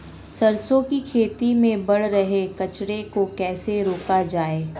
सरसों की खेती में बढ़ रहे कचरे को कैसे रोका जाए?